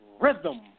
rhythm